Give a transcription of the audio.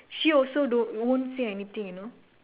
she also don't won't say anything you know